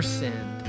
sinned